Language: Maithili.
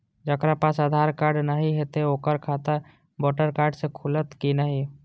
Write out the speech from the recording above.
जकरा पास आधार कार्ड नहीं हेते ओकर खाता वोटर कार्ड से खुलत कि नहीं?